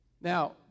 Now